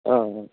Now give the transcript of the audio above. ஆ ஆ